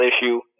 issue